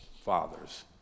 fathers